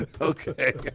Okay